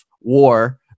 war